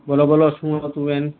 બોલો બોલો શું હતું બેન